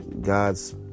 God's